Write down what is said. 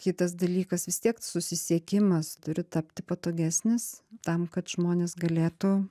kitas dalykas vis tiek susisiekimas turi tapti patogesnis tam kad žmonės galėtų